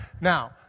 Now